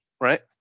right